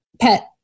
pet